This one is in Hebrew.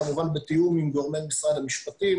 כמובן בתיאום עם גורמי משרד המשפטים